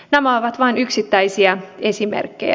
nämä ovat vain yksittäisiä esimerkkejä